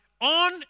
on